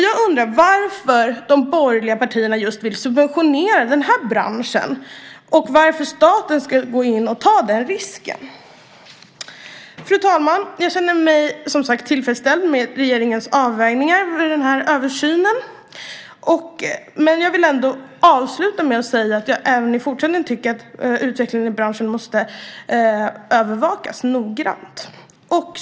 Jag undrar varför de borgerliga partierna vill subventionera just den här branschen och varför staten ska gå in och ta den risken. Fru talman! Jag känner mig som sagt tillfredsställd med regeringens avvägningar vid den här översynen, men jag vill ändå avsluta med att säga att jag även i fortsättningen tycker att utvecklingen i branschen måste övervakas noggrant.